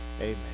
Amen